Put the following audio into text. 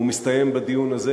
והוא מסתיים בדיון הזה,